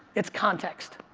it's context.